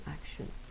action